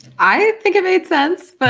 i think it made sense.